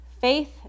faith